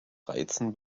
reizen